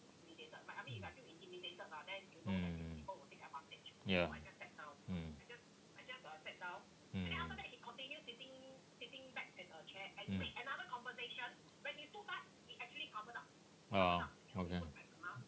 mm ya mm mm mm !wah! okay